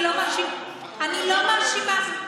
אני לא מאשימה.